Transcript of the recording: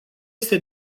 este